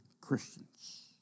Christians